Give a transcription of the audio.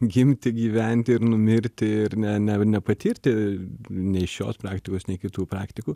gimti gyventi ir numirti ir ne ne nepatirti nei šios praktikos nei kitų praktikų